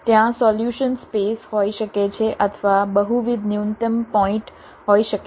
ત્યાં solution space હોઈ શકે છે અથવા બહુવિધ ન્યૂનતમ પોઈન્ટ હોઈ શકે છે